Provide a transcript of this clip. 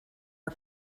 are